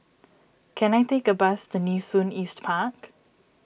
can I take a bus to Nee Soon East Park